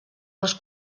les